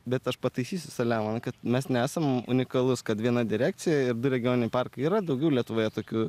bet aš pataisysiu selemoną kad mes nesam unikalus kad viena direkcija ir du regioniniai parkai yra daugiau lietuvoje tokių